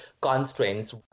constraints